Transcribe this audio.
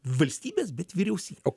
valstybės bet vyriausybės